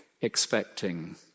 expecting